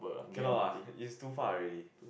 cannot lah is too far already